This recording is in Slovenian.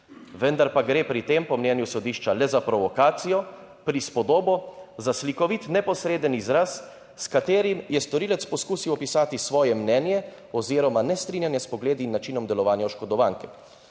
vendar pa gre pri tem, po mnenju sodišča, le za provokacijo, prispodobo, za slikovit, neposreden izraz, s katerim je storilec poskusil opisati svoje mnenje oziroma nestrinjanje s pogledi. In načinom delovanja oškodovanke.